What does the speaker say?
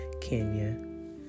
Kenya